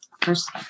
First